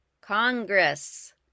Congress